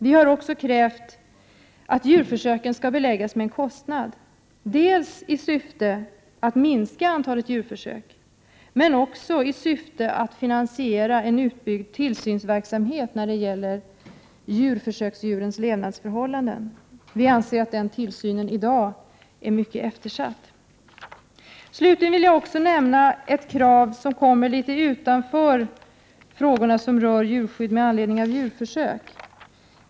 Vi har också krävt att djurförsök skall beläggas med en kostnad, dels i syfte att minska antalet djurförsök, dels i syfte att finansiera en utbyggnad av tillsynsverksamheten när det gäller försöksdjurens levnadsförhållanden. Vi anser att den tillsynen i dag är mycket eftersatt. Slutligen vill jag också nämna ett krav som kommer litet utanför frågorna som rör djurskydd med anledning av djurförsök.